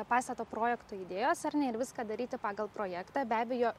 pastato projekto idėjos ar ne ir viską daryti pagal projektą be abejo